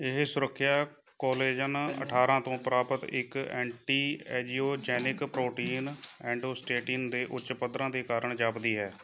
ਇਹ ਸੁਰੱਖਿਆ ਕੋਲੇਜ਼ਨ ਅਠਾਰ੍ਹਾਂ ਤੋਂ ਪ੍ਰਾਪਤ ਇੱਕ ਐਂਟੀ ਐਜੀਓਜੈਨਿਕ ਪ੍ਰੋਟੀਨ ਐਂਡੋਸਟੇਟਿਨ ਦੇ ਉੱਚ ਪੱਧਰਾਂ ਦੇ ਕਾਰਨ ਜਾਪਦੀ ਹੈ